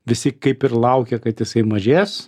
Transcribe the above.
visi kaip ir laukia kad jisai mažės